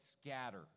scatter